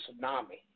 tsunami